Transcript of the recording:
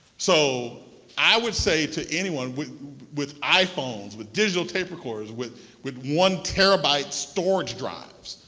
so i would say to anyone with with iphones, with digital tape recorders, with with one terabyte storage drives,